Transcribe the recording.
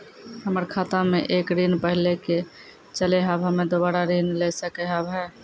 हमर खाता मे एक ऋण पहले के चले हाव हम्मे दोबारा ऋण ले सके हाव हे?